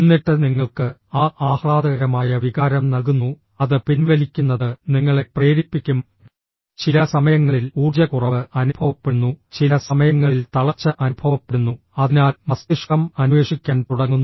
എന്നിട്ട് നിങ്ങൾക്ക് ആ ആഹ്ലാദകരമായ വികാരം നൽകുന്നു അത് പിൻവലിക്കുന്നത് നിങ്ങളെ പ്രേരിപ്പിക്കും ചില സമയങ്ങളിൽ ഊർജ്ജക്കുറവ് അനുഭവപ്പെടുന്നു ചില സമയങ്ങളിൽ തളർച്ച അനുഭവപ്പെടുന്നു അതിനാൽ മസ്തിഷ്കം അന്വേഷിക്കാൻ തുടങ്ങുന്നു